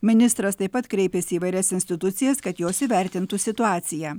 ministras taip pat kreipėsi į įvairias institucijas kad jos įvertintų situaciją